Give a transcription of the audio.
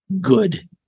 good